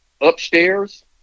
upstairs